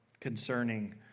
concerning